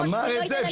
אמר את זה.